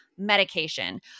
medication